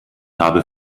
habe